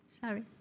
Sorry